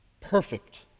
perfect